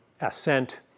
ascent